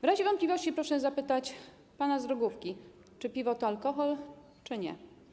W razie wątpliwości proszę zapytać pana z drogówki, czy piwo to alkohol czy nie.